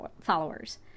followers